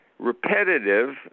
repetitive